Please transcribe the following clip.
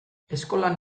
eskolan